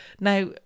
Now